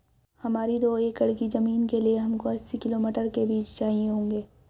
हमारी दो एकड़ की जमीन के लिए हमको अस्सी किलो मटर के बीज चाहिए होंगे